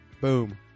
boom